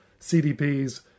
CDPs